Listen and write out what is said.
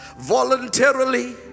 voluntarily